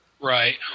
Right